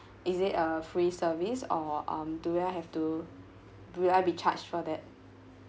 is it a free service or um do you all have to will I be charged for that